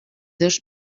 dos